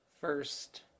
first